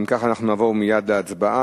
אם כך, אנחנו נעבור מייד להצבעה.